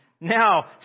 now